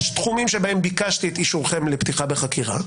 יש תחומים שבהם ביקשתי את אישורכם לפתיחה בחקירה,